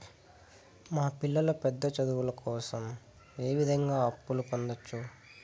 మా పిల్లలు పెద్ద చదువులు కోసం ఏ విధంగా అప్పు పొందొచ్చు?